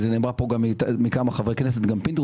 זה נאמר פה מכמה חברי כנסת,